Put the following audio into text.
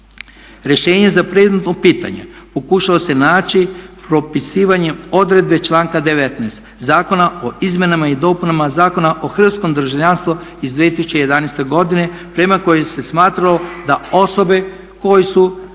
Rješenje za predmetno pitanje pokušalo se naći propisivanjem odluke članka 19. Zakona o izmjenama i dopunama Zakona o hrvatskom državljanstvu iz 2011. godine prema kojoj se smatralo da osobe koje su